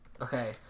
okay